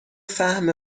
فهم